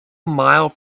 mile